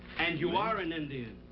and you are an indian.